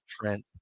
Trent